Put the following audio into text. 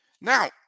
Now